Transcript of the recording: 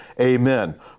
Amen